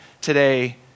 today